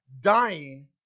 dying